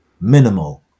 minimal